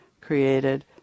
created